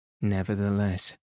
Nevertheless